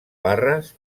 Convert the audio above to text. barres